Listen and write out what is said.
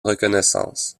reconnaissance